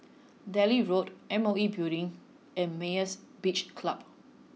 Delhi Road M O E Building and Myra's Beach Club